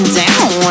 down